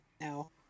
no